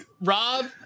Rob